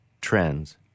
trends